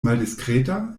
maldiskreta